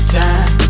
time